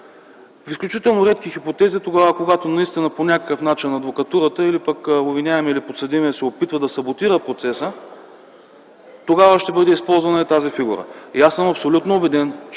Изключително рядка е хипотезата, когато наистина по някакъв начин адвокатурата или пък обвиняемият или подсъдимият се опитва да саботира процеса, тогава ще бъде използвана и тази фигура. Аз съм абсолютно убеден,